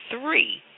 three